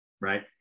Right